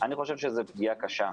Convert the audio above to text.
אני חושב שזאת פגיעה קשה,